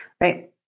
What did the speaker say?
right